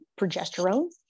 progesterone